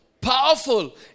powerful